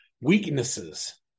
Weaknesses